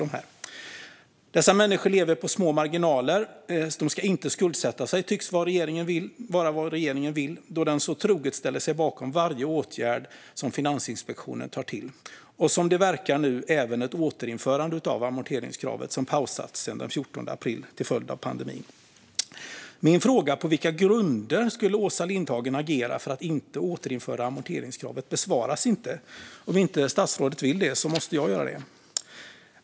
Dessa människor lever på små marginaler och ska inte skuldsätta sig, tycks regeringen mena då den så troget ställer sig bakom varje åtgärd som Finansinspektionen tar till, liksom, som det verkar nu, ett återinförande av amorteringskravet, som pausats sedan den 14 april till följd av pandemin. Min fråga på vilka grunder Åsa Lindhagen skulle agera för att inte återinföra amorteringskravet besvaras inte. Om inte statsrådet vill svara måste ju jag göra det.